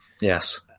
Yes